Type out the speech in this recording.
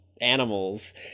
animals